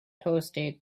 toasted